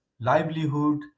livelihood